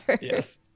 yes